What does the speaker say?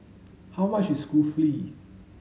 how much is Kulfi